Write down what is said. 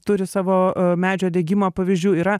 turi savo e medžio degimo pavyzdžių yra